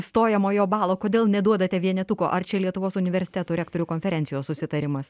stojamojo balo kodėl neduodate vienetuko ar čia lietuvos universitetų rektorių konferencijos susitarimas